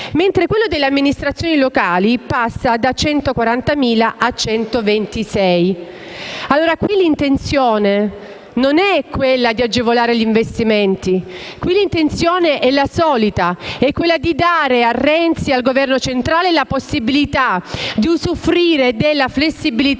Mentre quello delle amministrazioni locali passerà da 140.000 a 126.000. Qui l'intenzione non è quella di agevolare gli investimenti, ma è la solita, ovvero quella di dare a Renzi e al Governo centrale la possibilità di usufruire della flessibilità